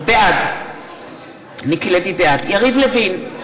נמנע יריב לוין,